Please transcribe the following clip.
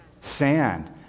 Sand